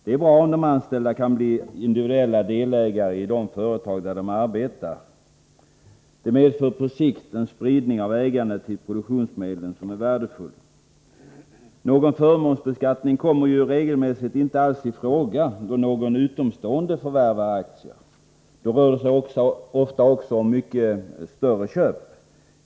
Det är bra om de anställda kan bli individuella delägare i de företag där de arbetar. Det medför på sikt en värdefull spridning av ägandet till produktionsmedlen. Någon förmånsbeskattning kommer regelmässigt inte alls i fråga då någon utomstående förvärvar aktierna. Då rör det sig också ofta om mycket större köp.